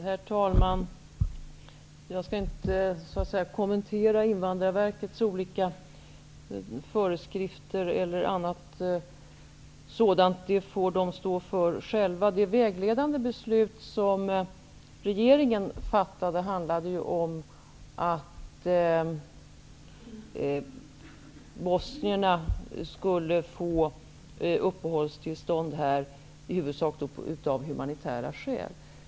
Herr talman! Jag skall inte kommentera Invandrarverkets olika föreskrifter eller annat sådant. Det får de stå för själva. Det vägledande beslut som regeringen fattade handlade om att bosnierna skulle få uppehållstillstånd i huvudsak av humanitära skäl.